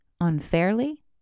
unfairly